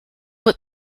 but